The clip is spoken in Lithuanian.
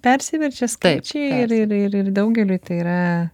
persiverčia skaičiai ir ir ir daugeliui tai yra